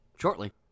shortly